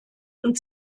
und